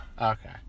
Okay